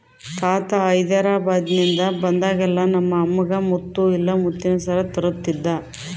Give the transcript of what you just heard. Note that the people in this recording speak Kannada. ತಾತ ಹೈದೆರಾಬಾದ್ನಿಂದ ಬಂದಾಗೆಲ್ಲ ನಮ್ಮ ಅಮ್ಮಗ ಮುತ್ತು ಇಲ್ಲ ಮುತ್ತಿನ ಸರ ತರುತ್ತಿದ್ದ